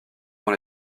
dans